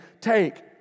take